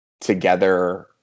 together